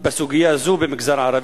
בסוגיה זו במגזר הערבי?